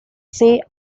say